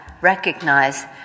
recognize